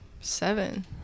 Seven